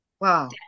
Wow